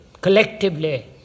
collectively